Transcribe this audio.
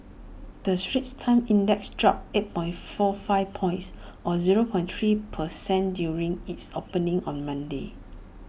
the straits times index dropped eight point four five points or zero point three per cent during its opening on Monday